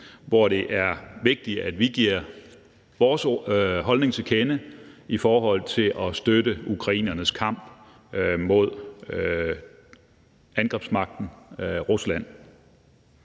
hvor det er vigtigt, at vi giver vores holdning til kende i forhold til at støtte ukrainernes kamp mod angrebsmagten, Rusland.